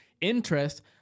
interest